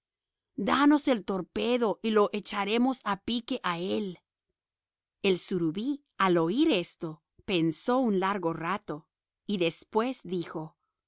danos el torpedo y lo echaremos a pique a él el surubí al oír esto pensó un largo rato y después dijo